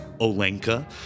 Olenka